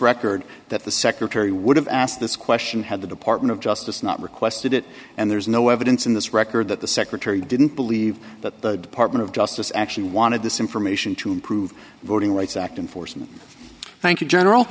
record that the secretary would have asked this question had the department of justice not requested it and there's no evidence in this record that the secretary didn't believe that the department of justice actually wanted this information to improve the voting